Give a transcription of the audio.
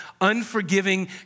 unforgiving